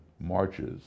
marches